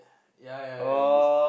yeah yeah yeah base